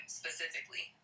specifically